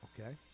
Okay